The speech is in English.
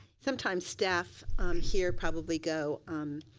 sometimes staff here probably go um